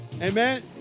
amen